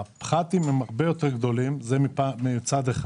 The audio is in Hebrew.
הפחתים הן הרבה יותר גדולות, מצד אחד.